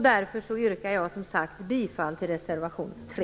Därför yrkar jag bifall till reservation 3.